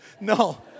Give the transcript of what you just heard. no